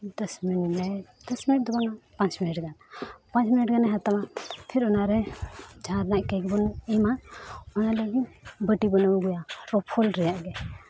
ᱫᱚᱥ ᱫᱚᱥ ᱫᱚ ᱵᱟᱝ ᱯᱟᱸᱪ ᱜᱟᱱ ᱯᱟᱸᱪ ᱜᱟᱱᱮ ᱦᱟᱛᱟᱢᱟ ᱯᱷᱤᱨ ᱚᱱᱟᱨᱮ ᱡᱟᱦᱟᱸᱨᱮ ᱱᱟᱦᱟᱜ ᱵᱚᱱ ᱮᱢᱟ ᱚᱱᱟ ᱞᱟᱹᱜᱤᱫ ᱵᱟᱹᱴᱤ ᱵᱚᱱ ᱟᱹᱜᱩᱭᱟ ᱨᱚᱯᱷᱚᱞ ᱨᱮᱭᱟᱜ ᱜᱮ